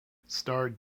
starred